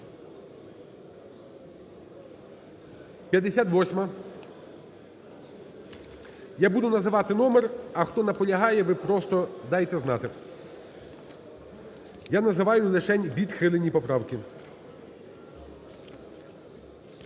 58-а. Я буду називати номер, а хто наполягає, ви просто дайте знати. Я називаю лишень відхилені поправки.